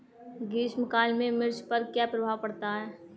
ग्रीष्म काल में मिर्च पर क्या प्रभाव पड़ता है?